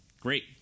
Great